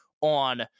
on